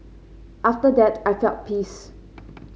after that I felt peace